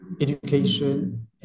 education